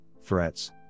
threats